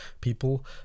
people